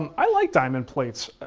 um i like diamond plates.